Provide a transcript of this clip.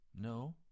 No